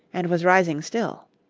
and was rising still.